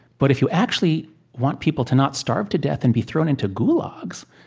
but if you actually want people to not starve to death and be thrown into gulags,